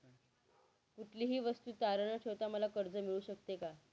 कुठलीही वस्तू तारण न ठेवता मला कर्ज मिळू शकते का?